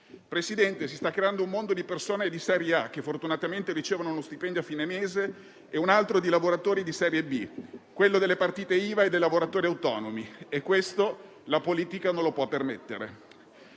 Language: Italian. Presidente, si sta creando un mondo di persone di serie A, che fortunatamente ricevono lo stipendio a fine mese, e un altro di lavoratori di serie B, quello delle partite IVA e dei lavoratori autonomi: la politica non lo può permettere.